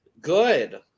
Good